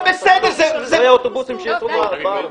לא יהיו אוטובוסים שנוסעים בארץ.